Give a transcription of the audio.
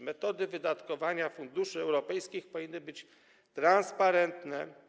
Metody wydatkowania funduszy europejskich powinny być transparentne.